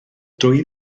dwy